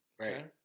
Right